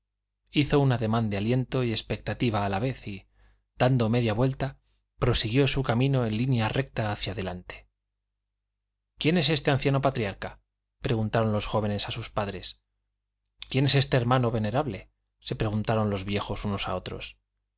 hizo un ademán de aliento y expectativa a la vez y dando media vuelta prosiguió su camino en línea recta hacia adelante quién es este anciano patriarca preguntaron los jóvenes a sus padres quién es este hermano venerable se preguntaron los viejos unos a otros